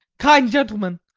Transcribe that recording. kind gentlemen,